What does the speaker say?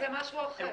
משהו אחר.